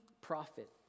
prophet